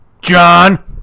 John